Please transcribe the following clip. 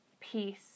peace